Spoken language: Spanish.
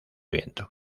viento